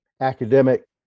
academic